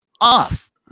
off